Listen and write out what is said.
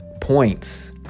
points